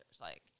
like-